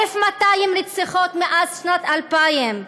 1,200 רציחות מאז שנת 2000,